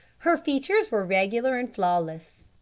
her features were regular and flawless.